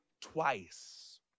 twice